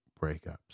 breakups